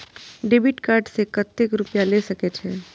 Debit card से कतेक रूपया ले सके छै?